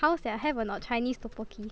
how sia have or not Chinese tteokbokki